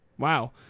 wow